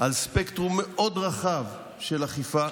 על ספקטרום מאוד רחב של אכיפה.